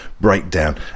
Breakdown